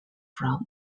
from